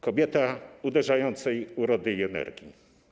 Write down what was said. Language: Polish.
Kobieta uderzającej urody i energii.